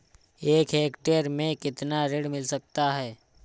एक हेक्टेयर में कितना ऋण मिल सकता है?